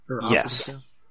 Yes